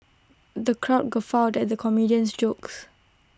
the crowd guffawed at the comedian's jokes